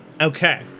Okay